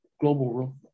global